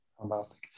Fantastic